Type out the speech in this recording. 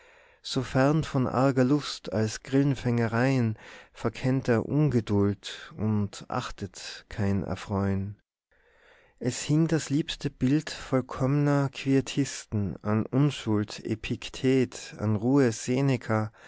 so fern von arger lust als grillenfängereien verkennt er ungeduld und achtet kein erfreuen es hing das liebste bild vollkommner quietisten an unschuld epictet an ruhe